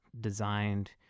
designed